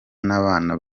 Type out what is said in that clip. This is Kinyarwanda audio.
n’abana